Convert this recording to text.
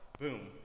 boom